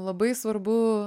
labai svarbu